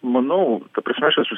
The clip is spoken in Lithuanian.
manau ta prasme aš esu